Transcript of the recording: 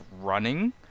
running